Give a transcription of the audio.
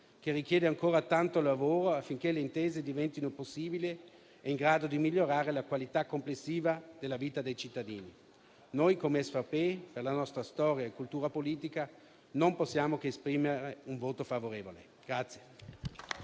che richiede però ancora tanto lavoro affinché le intese diventino possibili e in grado di migliorare la qualità complessiva della vita dei cittadini. Noi, come SVP, per la nostra storia e cultura politica, non possiamo che esprimere un voto favorevole.